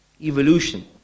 evolution